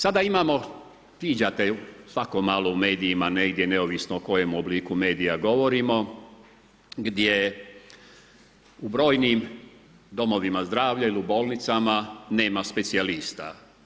Sada imamo, viđate svako malo u medijima, negdje neovisno o kojem obliku medijima govorimo, gdje u brojnim domovima zdravlja ili u bolnicama nema specijalista.